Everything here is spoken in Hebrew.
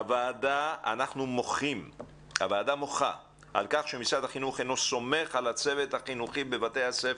הוועדה מוחה על כך שמשרד החינוך אינו סומך על הצוות החינוכי בבתי הספר.